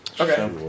Okay